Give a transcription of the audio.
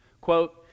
quote